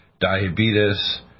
diabetes